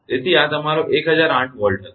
તેથી આ તમારો 1008 Volt હશે